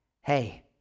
Hey